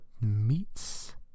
meats